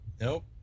Nope